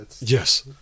Yes